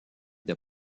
des